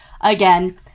again